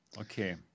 Okay